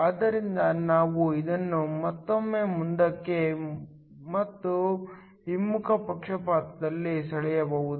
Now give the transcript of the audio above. ಆದ್ದರಿಂದ ನಾವು ಇದನ್ನು ಮತ್ತೊಮ್ಮೆ ಮುಂದಕ್ಕೆ ಮತ್ತು ಹಿಮ್ಮುಖ ಪಕ್ಷಪಾತದಲ್ಲಿ ಸೆಳೆಯಬಹುದು